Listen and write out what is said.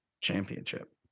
championship